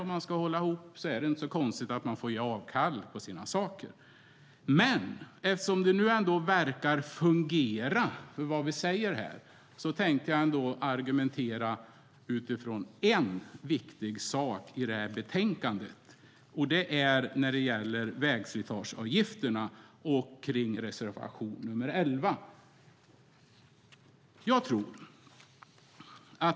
Om man ska hålla ihop är det inte så konstigt att man får ge avkall på sina frågor. Men eftersom vad vi säger här verkar fungera tänkte jag argumentera utifrån en viktig sak i betänkandet, nämligen vägslitageavgifterna och reservation nr 11.